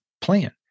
plan